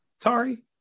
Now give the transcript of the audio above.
Tari